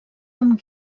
amb